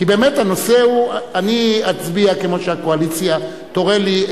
אני אצביע כמו שהקואליציה תורה לי,